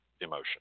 emotion